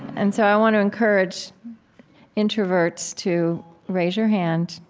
and so i want to encourage introverts to raise your hand.